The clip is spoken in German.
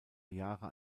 jahre